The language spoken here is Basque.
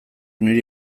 nire